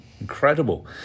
incredible